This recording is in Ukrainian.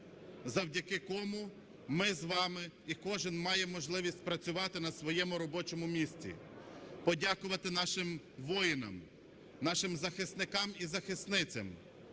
завдяки кому ми з вами і кожен має можливість працювати на своєму робочому місця. Подякувати нашим воїнам, нашим захисникам і захисницям,